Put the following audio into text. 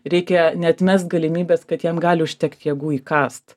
reikia neatmest galimybės kad jam gali užtekt jėgų įkąst